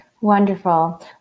Wonderful